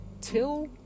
till